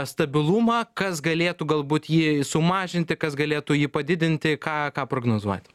stabilumą kas galėtų galbūt jį sumažinti kas galėtų jį padidinti ką ką prognozuojat